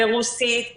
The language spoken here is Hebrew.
ברוסית,